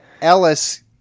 Ellis